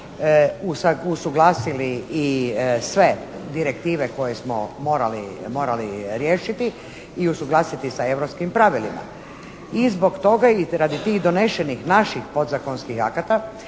usuglasili i sve direktive koje smo morali riješiti i usuglasiti sa europskim pravilima i zbog toga i radi tih donesenih naših podzakonskih akata